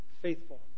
Faithful